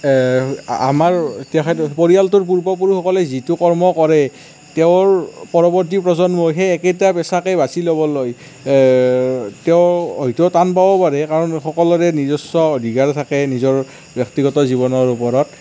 আমাৰ পৰিয়ালটোৰ পূৰ্বপুৰুষসকলে যিটো কৰ্ম কৰে তেওঁৰ পৰৱৰ্তী প্ৰজন্মই সেই একেটা পেছাকে বাছি ল'বলৈ তেওঁ হয়তো টান পাব পাৰে কাৰণ সকলোৰে নিজস্ব অধিকাৰ থাকে নিজৰ ব্যক্তিগত জীৱনৰ ওপৰত